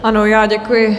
Ano, já děkuji.